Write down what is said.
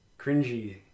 cringy